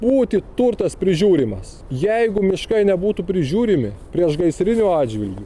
būti turtas prižiūrimas jeigu miškai nebūtų prižiūrimi priešgaisriniu atžvilgiu